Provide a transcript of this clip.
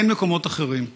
אין מקומות אחרים.